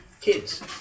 kids